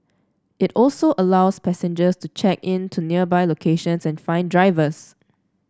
it also allows passengers to check in to nearby locations and find drivers